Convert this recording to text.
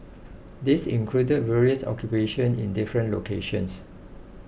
this included various occupations in different locations